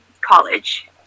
college